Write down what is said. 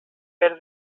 fer